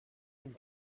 and